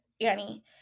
annie